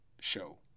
show